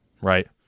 right